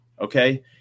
Okay